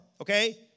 okay